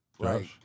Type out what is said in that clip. Right